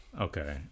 Okay